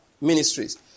ministries